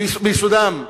מיסודם.